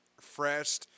fresh